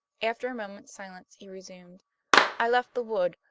after a moment's silence, he resumed i left the wood,